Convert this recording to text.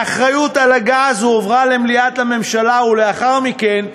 האחריות לגז הועברה למליאת הממשלה, ולאחר מכן,